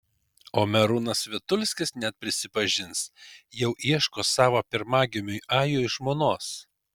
o merūnas vitulskis net prisipažins jau ieško savo pirmagimiui ajui žmonos